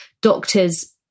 doctors